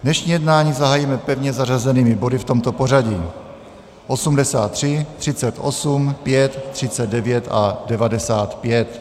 Dnešní jednání zahájíme pevně zařazenými body v tomto pořadí: 83, 38, 5, 39 a 95.